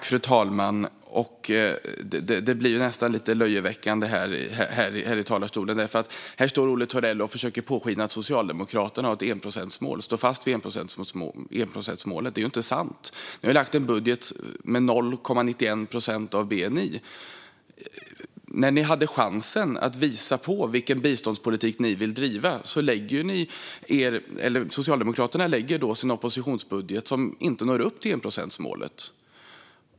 Fru talman! Det blir nästan lite löjeväckande här i talarstolen. Här står Olle Thorell och försöker att påskina att Socialdemokraterna står fast vid enprocentsmålet. Det är ju inte sant - Socialdemokraterna har lagt en budget med 0,91 procent av bni. När Socialdemokraterna hade chansen att visa vilken biståndspolitik man vill driva lade man fram en oppositionsbudget som inte når upp till enprocentsmålet.